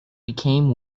became